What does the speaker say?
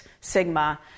Sigma